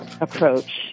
approach